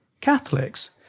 Catholics